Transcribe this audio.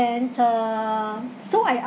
and um so I